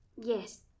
Yes